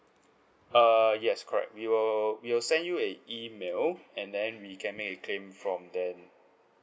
uh yes correct we will we will send you a email and then we can make a claim from then